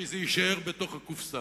שזה יישאר בתוך הקופסה.